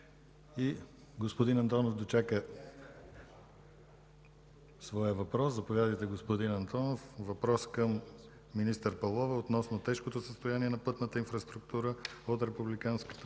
Господин Антонов дочака да зададе своя въпрос. Заповядайте, господин Антонов, с въпрос към министър Павлова относно тежкото състояние на пътната инфраструктура от